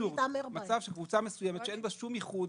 מצב שקבוצה מסוימת שאין בה שום ייחוד,